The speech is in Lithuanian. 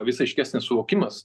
vis aiškesnis suvokimas